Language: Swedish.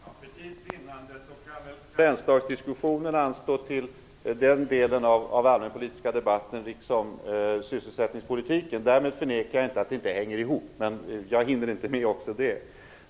Herr talman! För tids vinnande kan vi väl låta karensdagsdiskussionen anstå till den därtill avsedda delen av den allmänpolitiska debatten. Detsamma bör gälla beträffande sysselsättningspollitiken. Därmed förnekar jag inte att frågorna hänger ihop, men jag hinner inte med att diskutera också de sakerna.